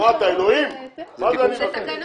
זה תקנון,